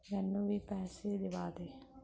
ਮੈਨੂੰ ਵੀ ਪੈਸੇ ਦਿਵਾ ਦੇ